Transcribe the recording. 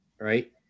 right